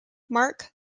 mark